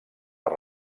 per